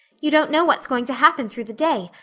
you don't know what's going to happen through the day,